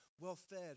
well-fed